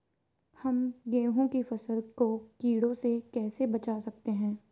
हम गेहूँ की फसल को कीड़ों से कैसे बचा सकते हैं?